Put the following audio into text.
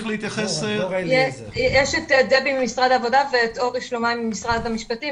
דבי ספיר ממשרד העבודה או אורי שלומאי ממשרד המשפטים,